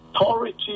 authority